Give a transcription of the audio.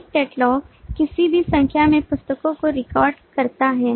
एक कैटलॉग किसी भी संख्या में पुस्तकों को रिकॉर्ड करता है